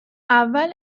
اول